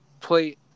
play